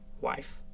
wife